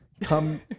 come